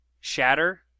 Shatter